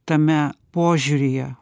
tame požiūryje